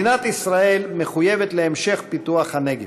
מדינת ישראל מחויבת להמשך פיתוח הנגב,